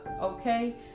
okay